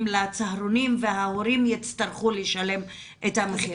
לצהרונים וההורים יצטרכו לשלם את המחיר,